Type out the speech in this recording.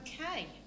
okay